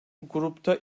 grupta